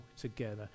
together